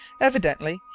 Evidently